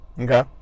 Okay